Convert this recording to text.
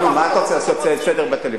נו, מה, אתה רוצה לעשות סדר בטלוויזיה?